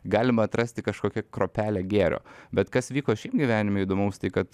galima atrasti kažkokią kruopelę gėrio bet kas vyko šiaip gyvenime įdomaus tai kad